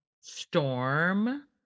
Storm